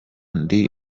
ndi